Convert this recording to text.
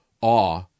awe